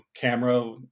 camera